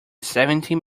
seventeen